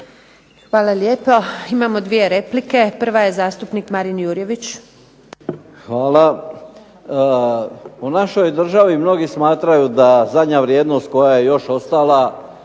Hvala lijepo. Imamo dvije replike. Prva je zastupnik Marin Jurjević. **Jurjević, Marin (SDP)** Hvala. U našoj državi mnogi smatraju da zadnja vrijednost koja je još ostala